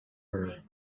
her